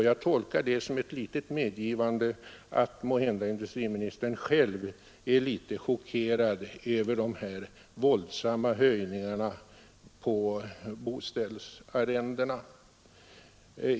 Jag tolkar detta som ett litet medgivande och som att industriministern själv måhända är litet chockerad över de våldsamma höjningar som inträffat på boställsarrendena.